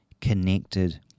connected